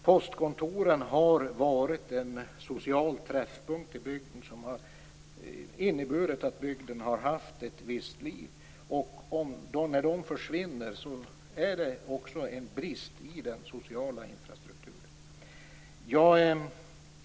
Postkontoren har varit en social träffpunkt i bygden, som har inneburit att bygden har haft ett visst liv. När de försvinner är det en brist också i den sociala infrastrukturen.